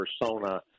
persona